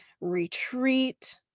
retreat